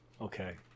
Okay